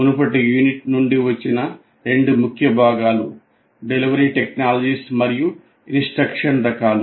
మునుపటి యూనిట్ నుండి వచ్చిన రెండు ముఖ్య భాగాలు డెలివరీ టెక్నాలజీస్ మరియు ఇన్స్ట్రక్షన్ రకాలు